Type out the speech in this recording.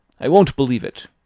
i won't believe it.